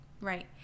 Right